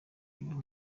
ibahe